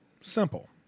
Simple